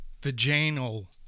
vaginal